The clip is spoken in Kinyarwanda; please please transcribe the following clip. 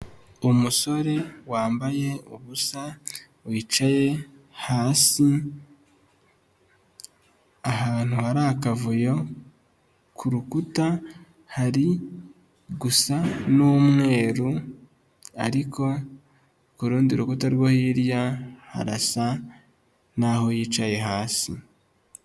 Umusore wambaye ubusa wicaye hasi, ahantu hari akavuyo ku rukuta hari gusa n'umweru, ariko ku rundi rukuta rwo hirya, harasa n'aho yicaye hasi.